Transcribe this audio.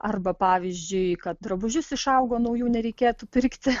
arba pavyzdžiui kad drabužius išaugo naujų nereikėtų pirkti